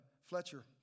Fletcher